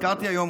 נזכרתי היום,